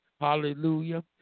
Hallelujah